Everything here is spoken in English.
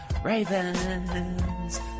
ravens